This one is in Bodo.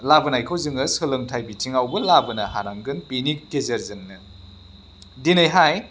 लाबोनायखौ जोङो सोलोंथाइ बिथिङावबो लाबोनो हानांगोन बिनि गेजेरजोंनो दिनैहाय